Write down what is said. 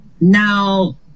now